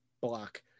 block